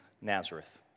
Nazareth